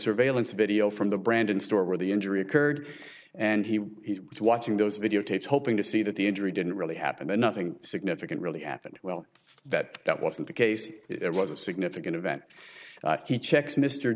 surveillance video from the brandon store where the injury occurred and he was watching those videotapes hoping to see that the injury didn't really happen and nothing significant really happened well that that wasn't the case there was a significant event he checks m